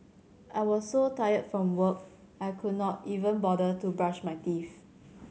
I was so tired from work I could not even bother to brush my teeth